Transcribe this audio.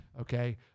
okay